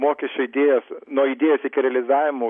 mokesčio idėjos nuo idėjos iki realizavimo